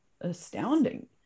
astounding